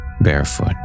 barefoot